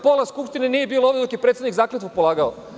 Pola Skupštine nije bilo ovde dok je predsednik zakletvu polagao.